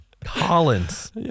Collins